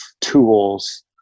tools